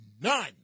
none